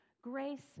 grace